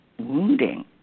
wounding